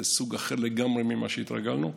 זה סוג אחר לגמרי ממה שהתרגלנו.